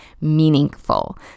meaningful